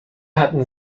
hatten